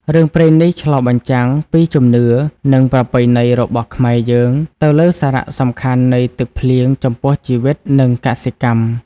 រឿងព្រេងនេះឆ្លុះបញ្ចាំងពីជំនឿ និងប្រពៃណីរបស់ខ្មែរយើងទៅលើសារៈសំខាន់នៃទឹកភ្លៀងចំពោះជីវិត និងកសិកម្ម ។